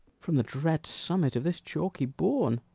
from the dread summit of this chalky bourn.